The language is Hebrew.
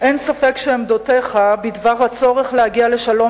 אין ספק שעמדותיך בדבר הצורך להגיע לשלום